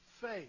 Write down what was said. faith